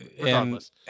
regardless